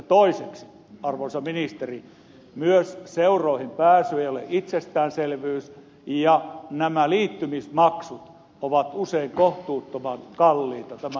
toiseksi arvoisa ministeri myöskään seuroihin pääsy ei ole itsestäänselvyys ja liittymismaksut ovat usein kohtuuttoman kalliita tämän nuoren kannalta